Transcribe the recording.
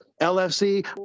LFC